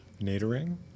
Nadering